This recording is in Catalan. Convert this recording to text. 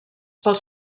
pels